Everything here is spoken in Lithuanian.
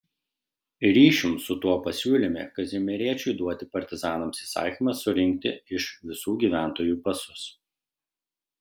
ryšium su tuo pasiūlėme kazimieraičiui duoti partizanams įsakymą surinkti iš visų gyventojų pasus